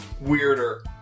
weirder